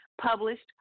published